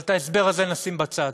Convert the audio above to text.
אבל את ההסבר הזה נשים בצד.